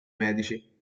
medici